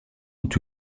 ont